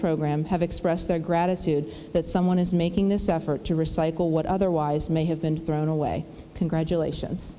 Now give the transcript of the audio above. program have expressed their gratitude that someone is making this effort to recycle what otherwise may have been thrown away congratulations